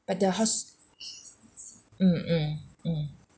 but the hosp~ mm mm mm